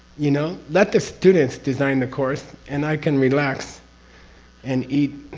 you know? let the students design the course and i can relax and eat.